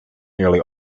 nearly